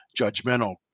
judgmental